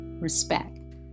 respect